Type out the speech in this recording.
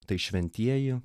tai šventieji